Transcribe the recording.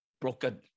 broken